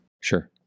Sure